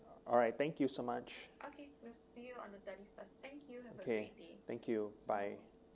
alright thank you so much okay thank you bye